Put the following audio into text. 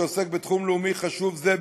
שעוסק בתחום לאומי חשוב זה,